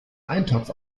eintopf